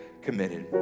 committed